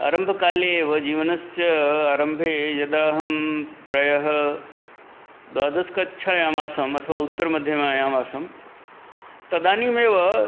आरम्भकाले एव जीवनस्य आरम्भे यदा अहं प्रायः द्वादशकक्षायाम् आसम् अथवा उत्तरमध्यमायाम् आसं तदानीमेव